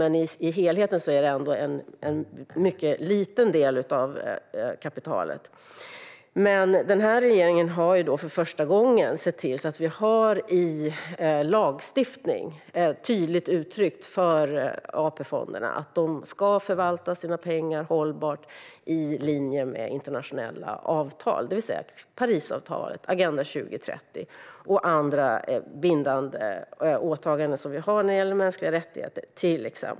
Men med tanke på helheten är det ändå en mycket liten del av kapitalet. Den här regeringen har sett till att det för första gången är tydligt uttryckt i lagstiftningen för AP-fonderna att de ska förvalta sina pengar hållbart i linje med internationella avtal, det vill säga Parisavtalet, Agenda 2030 och andra bindande åtaganden vi har, till exempel när det gäller mänskliga rättigheter.